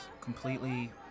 completely